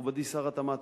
מכובדי שר התמ"ת,